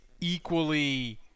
equally